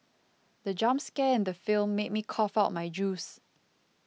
the jump scare in the film made me cough out my juice